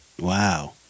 Wow